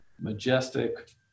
majestic